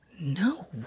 No